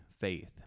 Faith